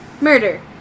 murder